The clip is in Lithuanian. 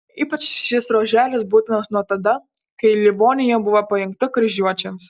ypač šis ruoželis būtinas nuo tada kai livonija buvo pajungta kryžiuočiams